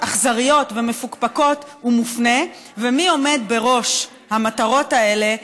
אכזריות ומפוקפקות הוא מופנה ומי עומד בראש המטרות האלה.